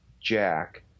Jack